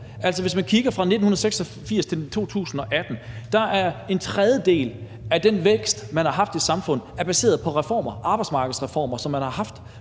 Hvis man kigger på perioden fra 1986 til 2018, så er en tredjedel af den vækst, man har haft i samfundet, baseret på reformer, arbejdsmarkedsreformer, som man har haft